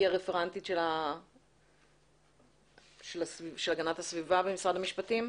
היא רפרנטית הגנת הסביבה במשרד המשפטים.